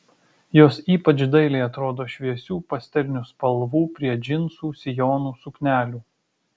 jos ypač dailiai atrodo šviesių pastelinių spalvų prie džinsų sijonų suknelių